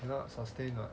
cannot sustain lah